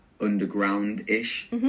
underground-ish